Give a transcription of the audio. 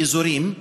באזורים,